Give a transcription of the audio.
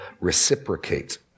reciprocate